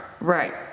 right